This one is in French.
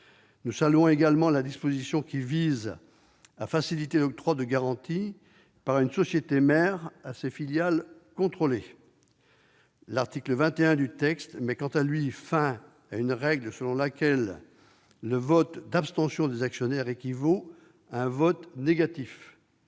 Nous saluons également la disposition visant à faciliter l'octroi par une société mère de garanties aux filiales qu'elle contrôle. L'article 21 du texte, quant à lui, met fin à une règle selon laquelle le vote d'abstention des actionnaires équivaut à un vote négatif.